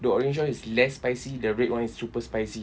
the orange one is less spicy the red one is super spicy